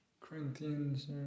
Corinthians